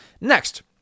Next